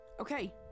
Okay